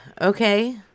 Okay